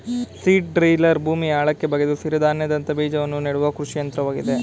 seed driller ಭೂಮಿಯ ಆಳಕ್ಕೆ ಬಗೆದು ಸಿರಿಧಾನ್ಯದಂತ ಬೀಜವನ್ನು ನೆಡುವ ಕೃಷಿ ಯಂತ್ರವಾಗಿದೆ